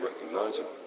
recognizable